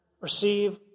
receive